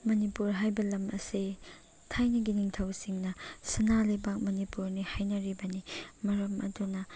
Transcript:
ꯃꯅꯤꯄꯨꯔ ꯍꯥꯏꯕ ꯂꯝ ꯑꯁꯦ ꯊꯥꯏꯅꯒꯤ ꯅꯤꯡꯊꯧꯁꯤꯡꯅ ꯁꯅꯥ ꯂꯩꯕꯥꯛ ꯃꯅꯤꯄꯨꯔꯅꯤ ꯍꯥꯏꯅꯔꯤꯕꯅꯤ ꯃꯔꯝ ꯑꯗꯨꯅ